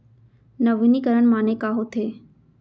नवीनीकरण माने का होथे?